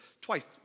twice